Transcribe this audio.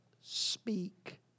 speak